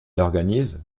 organise